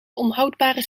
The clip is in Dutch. onhoudbare